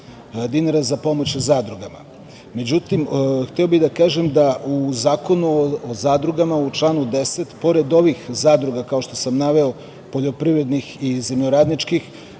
dinara za pomoć zadrugama.Međutim, hteo bih da kažem da u Zakonu o zadrugama, u članu 10. pored ovih zadruga, kao što sam naveo, poljoprivrednih i zemljoradničkih,